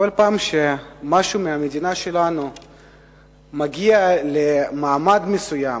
כל פעם שמשהו מהמדינה שלנו מגיע למעמד מסוים,